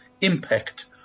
impact